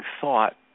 thought